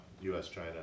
U.S.-China